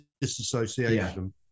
disassociation